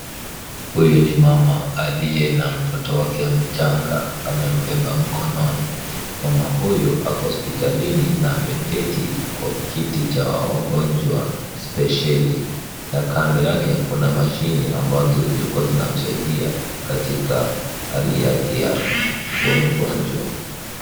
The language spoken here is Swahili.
Huyu ni mama aliye na mtoto wake mchanga amembeba mkononi. Mama huyo ako hospitalini na ameketi kwa kiti cha wagonjwa spesheli na kando yake kuna mashine ambazo zilikuwa zinamsaidia katika hali yake ya kuwa mgonjwa.